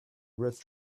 red